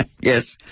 Yes